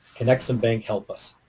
can ex-im bank help us?